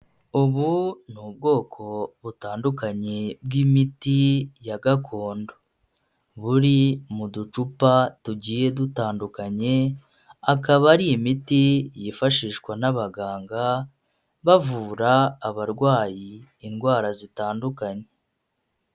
Ubu ni ubwoko butandukanye bw'imiti ya gakondo, buri mu ducupa tugiye dutandukanye akaba ari imiti yifashishwa n'abaganga, bavura abarwayi indwara zitandukanye.